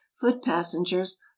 foot-passengers